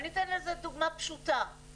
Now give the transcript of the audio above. ואתן לזה דוגמה פשוטה.